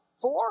four